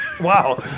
Wow